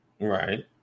Right